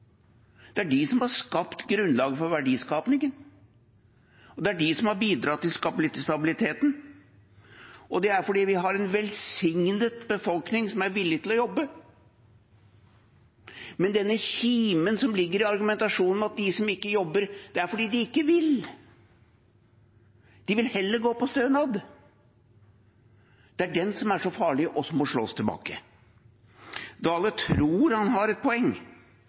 bidratt til stabiliteten. Det er fordi vi har en velsignet befolkning som er villig til å jobbe. Men denne kimen – som ligger i argumentasjonen – om at de som ikke jobber, gjør det fordi de ikke vil, de vil heller gå på stønad, er så farlig og må slås tilbake. Dale tror han har et poeng